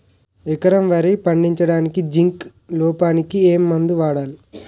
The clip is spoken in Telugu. ఎకరం వరి పండించటానికి జింక్ లోపంకి ఏ మందు వాడాలి?